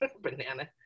Banana